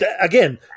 again